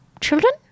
children